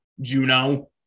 Juno